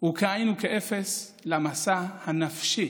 הוא כאין וכאפס לעומת המסע הנפשי